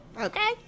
Okay